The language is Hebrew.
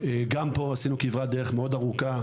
גם פה עשינו כברת דרך מאוד ארוכה.